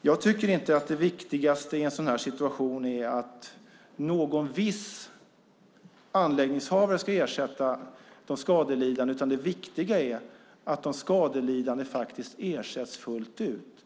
Jag tycker inte att det viktigaste i en sådan här situation är att någon viss anläggningshavare ska ersätta de skadelidande, utan det viktiga är att de skadelidande faktiskt ersätts fullt ut.